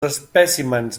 espècimens